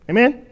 Amen